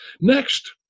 Next